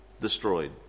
destroyed